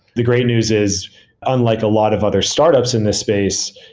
the great news is unlike a lot of other startups in this space,